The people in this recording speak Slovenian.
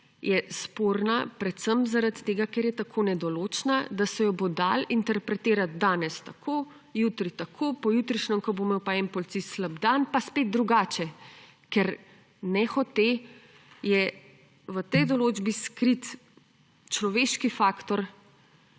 je sporna predvsem zaradi tega, ker je tako nedoločna, da se jo bo dalo interpretirati danes tako, jutri tako, pojutrišnjem, ko bo imel pa en policist slab dan, pa spet drugače. Ker nehote je v tej določbi skrit človeški faktor